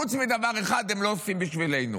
חוץ מדבר אחד שהם לא עושים בשבילנו,